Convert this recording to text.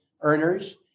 earners